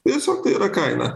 tiesiog tai yra kaina